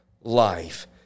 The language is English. life